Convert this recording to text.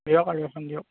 দিয়ক আৰু এখন দিয়ক